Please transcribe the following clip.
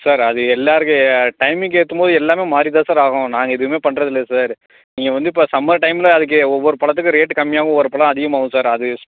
sir அது எல்லாேருக்கு டைமுக்கு ஏற்றும் போது எல்லாமே மாதிரி தான் சார் ஆகும் நாங்கள் எதுவுமே பண்ணுறது இல்லை சார் நீங்கள் வந்து இப்போ சம்மர் டைமில் அதுக்கு ஒவ்வொரு பழத்துக்கும் ரேட்டு கம்மியாகவும் ஒவ்வொரு பழம் அதிகமாகும் சார் அது